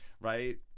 right